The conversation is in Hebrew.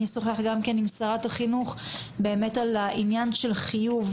אני אשוחח גם כן עם שרת החינוך באמת על העניין של חיוב